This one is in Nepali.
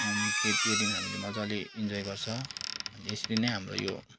त्यो दिन हामीले मजाले इन्जोय गर्छ अनि यसरी नै हाम्रो यो